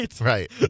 right